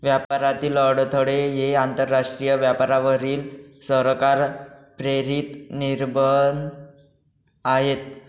व्यापारातील अडथळे हे आंतरराष्ट्रीय व्यापारावरील सरकार प्रेरित निर्बंध आहेत